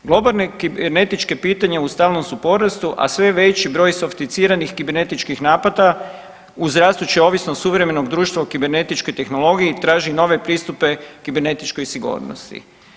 Globalna kibernetička pitanja u stalnom su porastu, a sve je veći broj sofisticiranih kibernetičkih napada u zdravstvu će ovisno o suvremenog društva o kibernetičkoj tehnologiji traži nove pristupe kibernetičkoj sigurnosti.